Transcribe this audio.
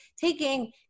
taking